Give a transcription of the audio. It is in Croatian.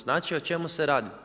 Znači o čemu se radi?